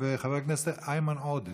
חבר הכנסת איימן עודה.